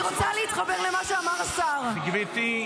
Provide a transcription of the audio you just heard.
אני רוצה להתחבר למה שאמר השר -- גברתי,